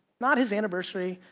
not his anniversary,